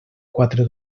quatre